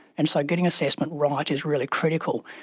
and so getting assessment right is really critical.